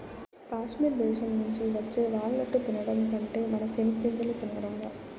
కాశ్మీర్ దేశం నుంచి వచ్చే వాల్ నట్టు తినడం కంటే మన సెనిగ్గింజలు తినరాదా